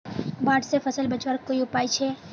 बाढ़ से फसल बचवार कोई उपाय छे?